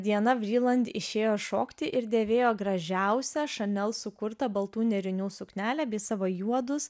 diana vriland išėjo šokti ir dėvėjo gražiausią chanel sukurtą baltų nėrinių suknelę bei savo juodus